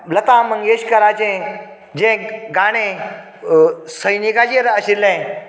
आनी लता मंगेशकाराचें जें गाणें सैनिकाचेर आशिल्लें